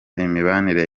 imibanire